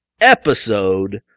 episode